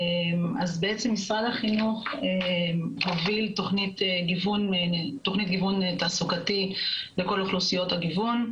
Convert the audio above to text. אז בעצם משרד החינוך הוביל תכנית גיוון תעסוקתי לכל אוכלוסיות הגיוון,